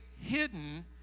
hidden